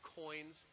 coins